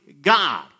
God